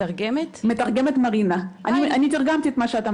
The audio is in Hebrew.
האנגלית שלי, אחר כך